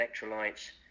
electrolytes